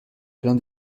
plein